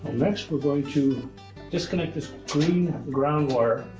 next, we're going to disconnect this green ground wire.